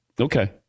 Okay